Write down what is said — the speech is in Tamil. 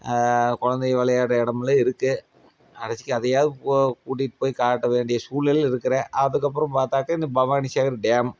குழந்தைங்க விளையாட்ற இடம்லா இருக்குது கடைசிக்கு அதையாவது போ கூட்டிகிட்டு போய் காட்ட வேண்டிய சூழ்நிலையில் இருக்கிறேன் அதுக்கப்புறம் பார்த்தாக்கா இந்த பவானிசேகர் டேம்